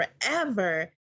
forever